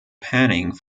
panning